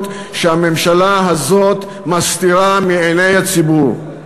שהממשלה הזאת מסתירה מעיני הציבור.